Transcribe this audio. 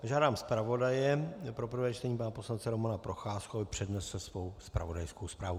Požádám zpravodaje pro prvé čtení pana poslance Romana Procházku, aby přednesl svou zpravodajskou zprávu.